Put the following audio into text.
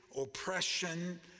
oppression